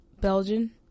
Belgian